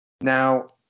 Now